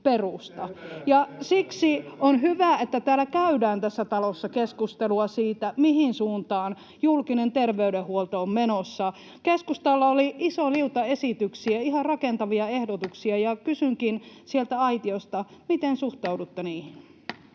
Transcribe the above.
Siksi on hyvä, että täällä tässä talossa käydään keskustelua siitä, mihin suuntaan julkinen terveydenhuolto on menossa. Keskustalla oli iso liuta esityksiä, ihan rakentavia ehdotuksia, ja kysynkin sieltä aitiosta: miten suhtaudutte niihin?